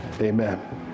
Amen